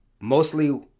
Mostly